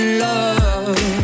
love